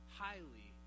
highly